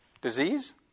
Disease